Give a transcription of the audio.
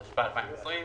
התשפ"א-2020.